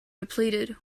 depleted